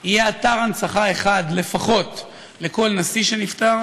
יהיה אתר הנצחה אחד לפחות לכל נשיא שנפטר